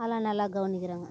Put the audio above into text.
அதல்லாம் நல்லா கவனிக்கிறாங்க